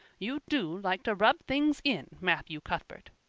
you do like to rub things in, matthew cuthbert.